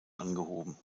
angehoben